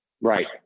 Right